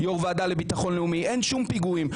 יו"ר ועדה לביטחון לאומי, אין שום פיגועים.